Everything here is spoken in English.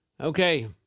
Okay